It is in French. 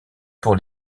pour